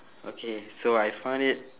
okay so I find it